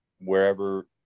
wherever